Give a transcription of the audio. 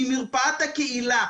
ממרפאת הקהילה,